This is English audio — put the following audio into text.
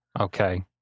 Okay